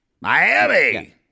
Miami